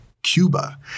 Cuba